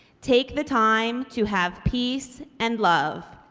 take the time to have peace and love.